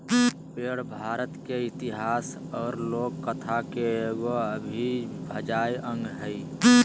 पेड़ भारत के इतिहास और लोक कथा के एगो अविभाज्य अंग हइ